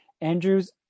Andrew's